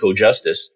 Ecojustice